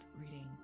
reading